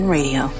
Radio